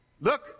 Look